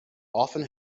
often